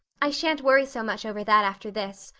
i shan't worry so much over that after this.